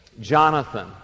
Jonathan